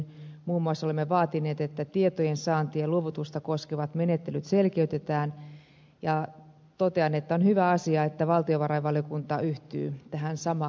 muun muassa olemme vaatineet että tietojen saantia ja luovutusta koskevat menettelyt selkeytetään ja totean että on hyvä asia että valtiovarainvaliokunta yhtyy tähän samaan huoleen